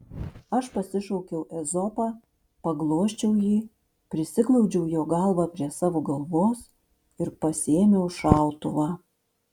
aš pasišaukiau ezopą paglosčiau jį prisiglaudžiau jo galvą prie savo galvos ir pasiėmiau šautuvą